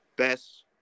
Best